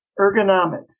Ergonomics